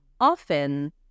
often